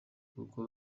kuko